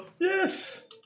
Yes